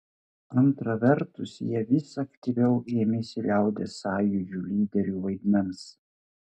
antra vertus jie vis aktyviau ėmėsi liaudies sąjūdžių lyderių vaidmens